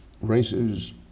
races